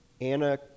anna